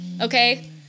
Okay